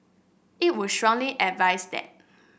it would strongly advise that